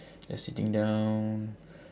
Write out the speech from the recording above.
just sitting down